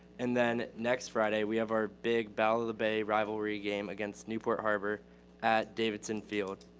and then next friday, we have our big battle of the bay rivalry game against newport harbor at davidson field.